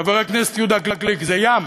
חבר הכנסת יהודה גליק, זה ים.